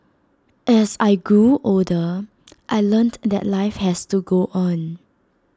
as I grew older I learnt that life has to go on